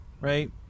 right